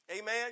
Amen